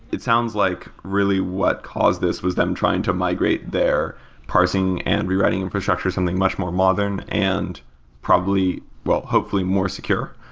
it sounds like really what caused this was them trying to migrate their parsing and rewriting infrastructures, something much more modern and probably hopefully, more secure.